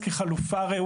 חבר הכנסת ביטון.